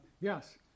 yes